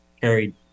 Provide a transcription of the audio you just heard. carried